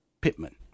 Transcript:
Pittman